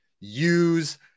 use